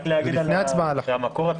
לפני ההצבעה על החוק.